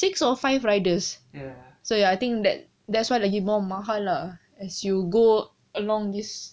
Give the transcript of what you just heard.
six or five riders I think that that's lagi more mahal lah as you go along this